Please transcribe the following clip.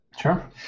Sure